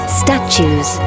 statues